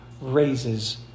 raises